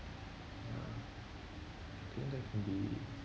ya I think that can be